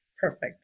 Perfect